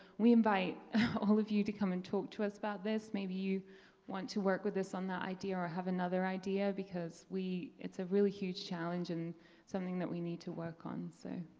we invite all of you to come and talk to us about this. maybe you want to work with this on that idea or have another idea because we it's a really huge challenge and something that we need to work on so